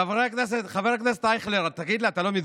נכון, אתה באמת מרעיב.